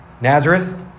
Nazareth